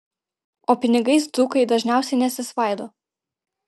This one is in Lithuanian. o pinigais dzūkai dažniausiai nesisvaido